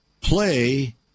play